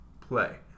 play